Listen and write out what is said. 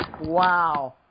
wow